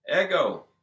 ego